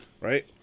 right